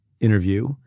interview